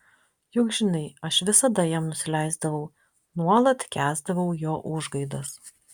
juk žinai aš visada jam nusileisdavau nuolat kęsdavau jo užgaidas